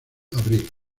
abril